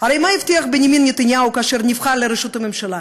הרי מה הבטיח בנימין נתניהו כאשר נבחר לראשות הממשלה?